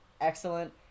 excellent